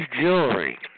jewelry